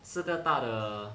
四个大的